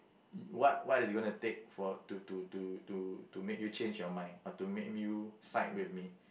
what what is going to take for to to to to make you change your mind or to make you side with me